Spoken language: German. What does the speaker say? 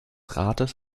rates